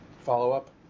follow-up